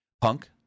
Punk